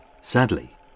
Sadly